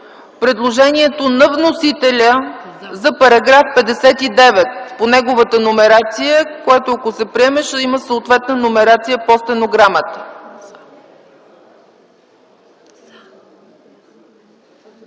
предложението на вносителя за § 59 по неговата номерация, което ако се приеме, ще има съответна номерация по стенограмата.